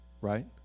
Right